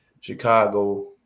Chicago